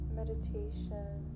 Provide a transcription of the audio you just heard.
meditation